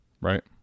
right